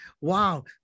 wow